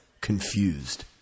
confused